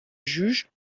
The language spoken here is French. juge